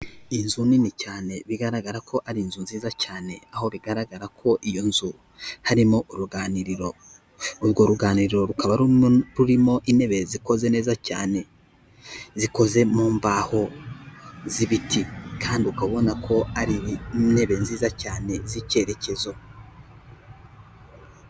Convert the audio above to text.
Inzu nini cyane bigaragara ko ari inzu nziza cyane, aho bigaragara ko iyo nzu harimo uruganiriro. Urwo ruganiriro rukaba rurimo intebe zikoze neza cyane, zikoze mu mbaho z'ibiti; kandi ukabona ko ari intebe nziza cyane z'icyerekezo.